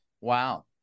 Wow